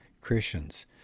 Christians